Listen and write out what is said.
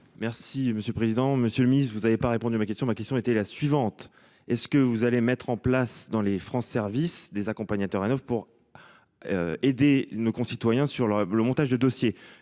Merci monsieur le président, Monsieur le Ministre, vous avez pas répondu à ma question, ma question était la suivante, est-ce que vous allez mettre en place dans les France service des accompagnateurs Hanovre pour. Aider nos concitoyens sur le le montage de dossiers,